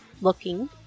Looking